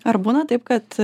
ar būna taip kad